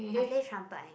I play trumpet and